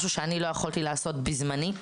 משהו שאני לא יכולתי לעשות בזמני.